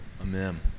Amen